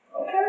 Okay